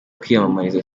kwiyamamariza